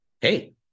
hey